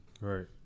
right